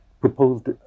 proposed